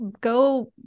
go